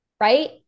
right